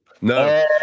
No